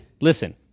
Listen